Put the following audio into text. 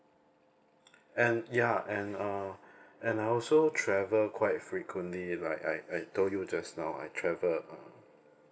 and ya and uh and I also travel quite frequently like I I told you just now I travel um